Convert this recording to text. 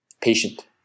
patient